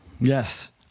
Yes